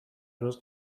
روز